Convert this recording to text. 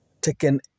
taken